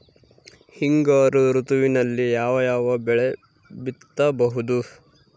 ಹಿಂಗಾರು ಋತುವಿನಲ್ಲಿ ಯಾವ ಯಾವ ಬೆಳೆ ಬಿತ್ತಬಹುದು?